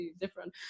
different